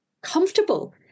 comfortable